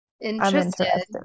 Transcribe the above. interested